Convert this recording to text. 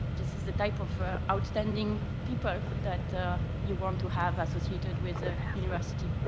this is the type of outstanding people that you want to have associated with university.